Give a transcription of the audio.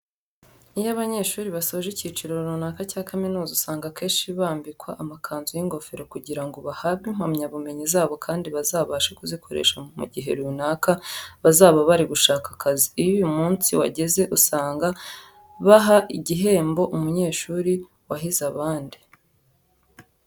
Iyo abanyeshuri basoje icyiciro runaka cya kaminuza usanga akenshi bambikwa amakanzu n'ingofero kugira ngo bahabwe impamyabumenyi zabo kandi bazabashe kuzikoresha mu gihe runaka bazaba bari gushaka akazi. Iyo uyu munsi wageze usanga baha igihembo umunyeshuri wahize abandi.